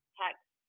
text